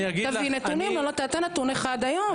תביא נתונים, לא נתת נתון אחד היום.